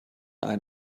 ein